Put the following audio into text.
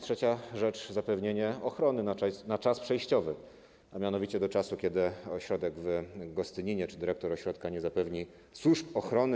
Trzecia rzecz to zapewnienie ochrony na czas przejściowy, a mianowicie do czasu, kiedy ośrodek w Gostyninie, czy dyrektor ośrodka, nie zapewni służb ochrony.